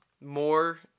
more